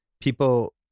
People